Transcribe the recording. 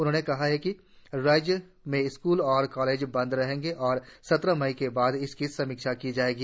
उन्होंने कहा कि राज्य में स्कूल और कॉलेज बंद रहेंगे और सत्रह मई के बाद इसकी समीक्षा की जाएगी